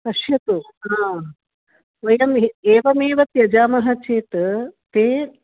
पश्यतु हा वयम् एवमेव त्यजामः चेत् ते